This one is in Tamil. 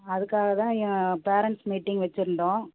அதுக்காக தான் பேரண்ட்ஸ் மீட்டிங் வைச்சிருந்தோம்